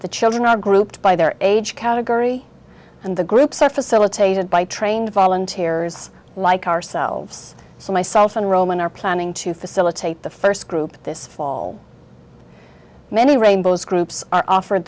the children are grouped by their age category and the groups are facilitated by trained volunteers like ourselves so myself and roman are planning to facilitate the first group this fall many rainbow's groups are offered